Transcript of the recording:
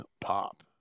pop